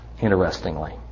interestingly